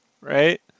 Right